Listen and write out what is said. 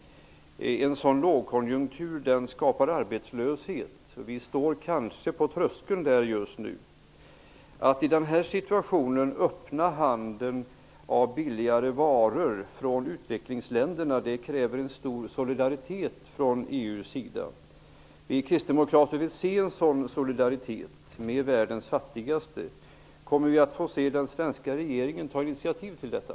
En sådan lågkonjunktur skapar arbetlöshet. Vi står kanske just nu på tröskeln till en sådan. Att i den situationen öppna handeln för billiga varor från utvecklingsländerna kräver en stor solidaritet från EU:s sida. Vi kristdemokrater vill se en sådan solidaritet med världens fattigaste. Kommer vi att få se den svenska regeringen ta initiativ till detta?